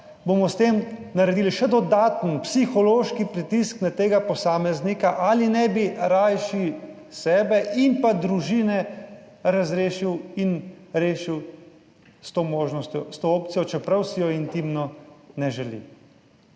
bomo s tem naredili še dodaten psihološki pritisk na tega posameznika ali ne bi rajši sebe in pa družine razrešil in rešil s to možnostjo, s to opcijo, čeprav si je intimno ne želi.